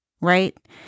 right